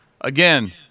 Again